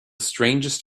strangest